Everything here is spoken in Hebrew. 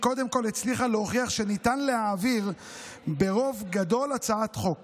היא קודם כול הצליחה להוכיח שניתן להעביר ברוב גדול הצעת חוק